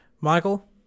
Michael